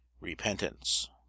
Repentance